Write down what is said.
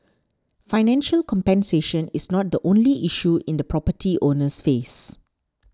financial compensation is not the only issue the property owners face